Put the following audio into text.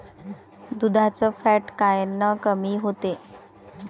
दुधाचं फॅट कायनं कमी होते?